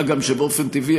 מה גם שבאופן טבעי,